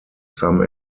some